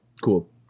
Cool